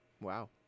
Wow